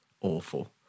awful